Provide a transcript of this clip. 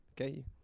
Okay